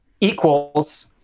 equals